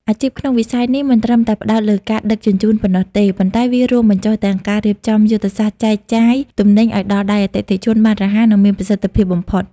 អាជីពក្នុងវិស័យនេះមិនត្រឹមតែផ្ដោតលើការដឹកជញ្ជូនប៉ុណ្ណោះទេ ប៉ុន្តែវារួមបញ្ចូលទាំងការរៀបចំយុទ្ធសាស្ត្រចែកចាយទំនិញឱ្យដល់ដៃអតិថិជនបានរហ័ស និងមានប្រសិទ្ធភាពបំផុត។